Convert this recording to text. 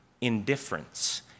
indifference